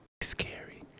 scary